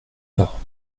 pas